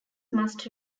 must